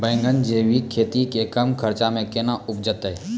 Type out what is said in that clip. बैंगन जैविक खेती से कम खर्च मे कैना उपजते?